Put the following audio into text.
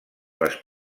les